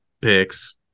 picks